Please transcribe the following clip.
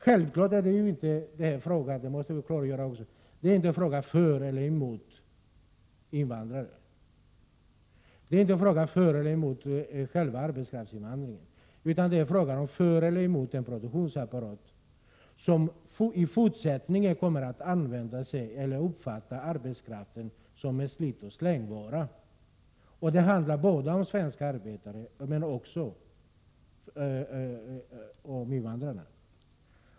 Självfallet är det inte en fråga om för eller emot invandrare — det måste vi klargöra — eller för eller emot själva arbetskraftsinvandringen, utan det är en fråga om för eller emot den produktionsapparat som i fortsättningen kommer att använda sig av och uppfatta arbetskraften som en slit-och-släng-vara. Det handlar både om svenska arbetare och om invandrarna.